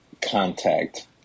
contact